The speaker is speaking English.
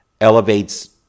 elevates